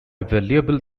valuable